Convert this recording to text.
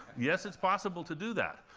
yes, it's possible to do that.